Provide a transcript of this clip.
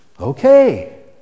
okay